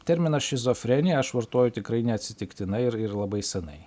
terminą šizofrenija aš vartoju tikrai neatsitiktinai ir ir labai senai